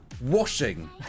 Washing